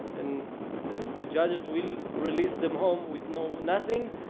and the the judges will release them home with no nothing,